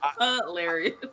hilarious